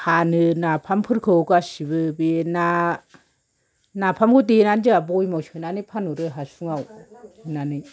फानो नाफामफोरखौ गासिबो बे ना नाफामखौ देनानै जोंहा बयेमाव सोनानै फानहरो हासुङाव सोनानै